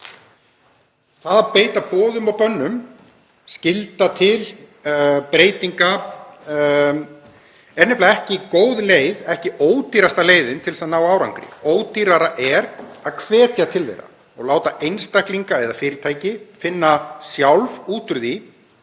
Það að beita boðum og bönnum, skylda til breytinga er nefnilega ekki góð leið, ekki ódýrasta leiðin til að ná árangri. Ódýrara er að hvetja til þeirra og láta einstaklinga eða fyrirtæki finna sjálf út úr